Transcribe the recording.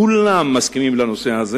כולם מסכימים לזה.